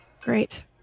Great